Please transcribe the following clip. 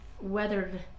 weathered